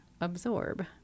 absorb